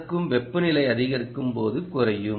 அதற்கும் வெப்பநிலை அதிகரிக்கும் போது குறையும்